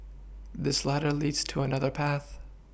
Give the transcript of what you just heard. this ladder leads to another path